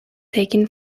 taken